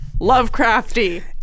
Lovecrafty